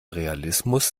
realismus